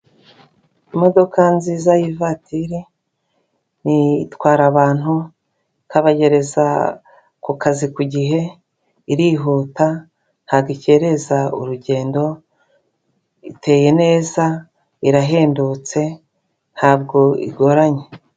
Imodoka nziza yivatiri ni itwara abantu ikabagereza ku kazi ku gihe irihuta ntagikereza urugendo iteye neza irahendutse ntabwo igoranye.